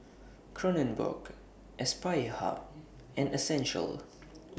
Kronenbourg Aspire Hub and Essential